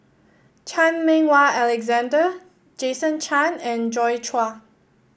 Chan Meng Wah Alexander Jason Chan and Joi Chua